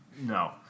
No